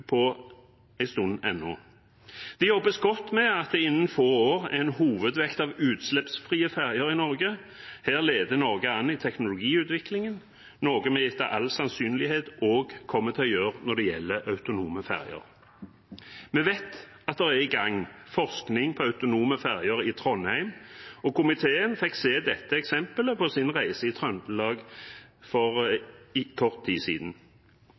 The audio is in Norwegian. på en stund ennå. Det jobbes godt med at det innen få år skal være en hovedvekt av utslippsfrie ferger i Norge. Her leder Norge an i teknologiutvikling, noe vi etter all sannsynlighet også kommer til å gjøre når det gjelder autonome ferger. Vi vet at det er i gang forskning på autonome ferger i Trondheim, og komiteen fikk se dette eksemplet på sin reise i Trøndelag for kort tid siden.